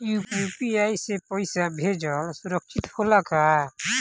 UPI से पैसा भेजल सुरक्षित होला का?